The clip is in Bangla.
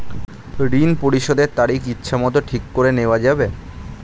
ঋণ পরিশোধের তারিখ ইচ্ছামত ঠিক করে নেওয়া যাবে?